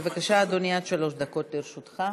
בבקשה, אדוני, עד שלוש דקות לרשותך.